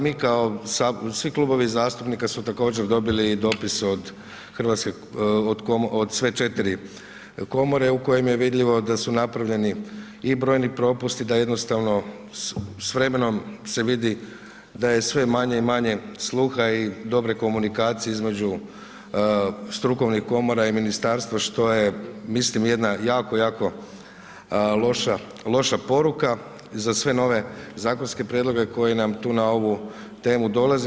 Mi kao, svi klubovi zastupnika su također dobili i doips od sve četiri komore u kojem je vidljivo da su napravljeni i brojni propusti i da jednostavno s vremenom se vidi da je sve manje i manje sluha i dobre komunikacije između strukovnih komora i ministarstva što je mislim jedna jako, jako loša poruka i za sve nove zakonske prijedloge koji nam tu na ovu temu dolaze.